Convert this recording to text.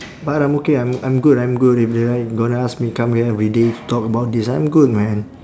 but I'm okay I'm I'm good I'm good if they like gonna ask me come again every day talk about this I'm good man